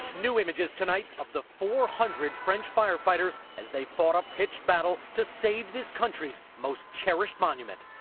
new images tonight of the four hundred french firefighters as they fought a pitched battle to save this country's most cherished monument.